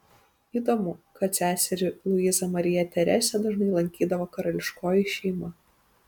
įdomu kad seserį luizą mariją teresę dažnai lankydavo karališkoji šeima